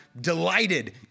delighted